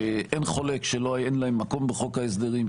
שאין חולק שאין להם מקום בחוק ההסדרים,